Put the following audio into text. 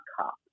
cops